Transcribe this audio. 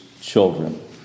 children